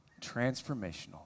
transformational